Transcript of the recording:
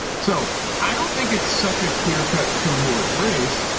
so i don't think it's such a clear cut to horse race.